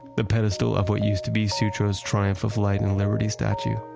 the pedestal of what used to be sutro's triumph of light and liberty statue.